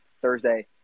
Thursday